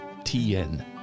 TN